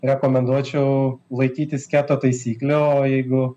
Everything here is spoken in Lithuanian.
rekomenduočiau laikytis keto taisyklių o jeigu